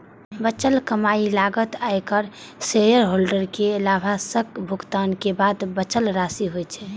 बचल कमाइ लागत, आयकर, शेयरहोल्डर कें लाभांशक भुगतान के बाद बचल राशि होइ छै